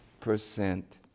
percent